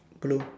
blue